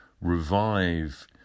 revive